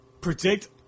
predict